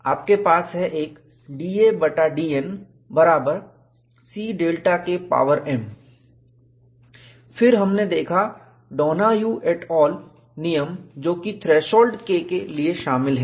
आपके पास है एक da बटा dN बराबर cΔK पावर m फिर हमने देखा डोनाह्यू एट ऑलet al नियम जो कि थ्रेशोल्ड K के लिए शामिल है